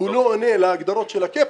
הוא לא עונה להגדרות של ה-קייפ,